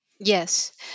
Yes